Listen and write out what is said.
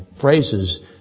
phrases